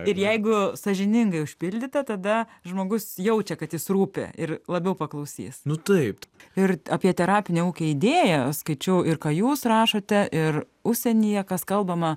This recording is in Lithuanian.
ir jeigu sąžiningai užpildyta tada žmogus jaučia kad jis rūpi ir labiau paklausys nu taip ir apie terapinę ūkio idėją skaičiau ir ką jūs rašote ir užsienyje kas kalbama